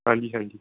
ਹਾਂਜੀ ਹਾਂਜੀ